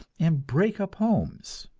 and break up homes.